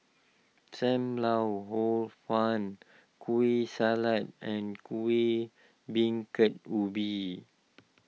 Sam Lau Hor Fun Kueh Salat and Kuih Bingka Ubi